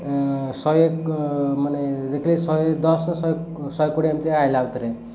ଶହେ ମାନେ ଦେଖିଲେ ଶହେ ଦଶ ଶହେ ଶହେ କୋଡ଼ିଏ ଏମିତି ଆଇଲା ଆଉଥରେ